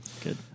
Good